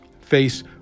face